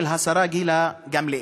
של השרה גילה גמליאל,